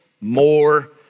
more